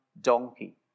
donkey